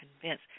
convinced